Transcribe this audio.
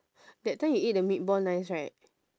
that time you eat the meatball nice right